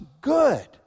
good